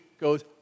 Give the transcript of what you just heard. goes